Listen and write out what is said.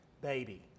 baby